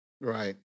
Right